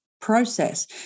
process